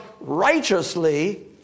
righteously